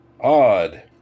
Odd